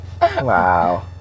Wow